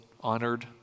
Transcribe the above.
honored